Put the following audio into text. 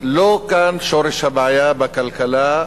לא כאן שורש הבעיה בכלכלה,